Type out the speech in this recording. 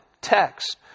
text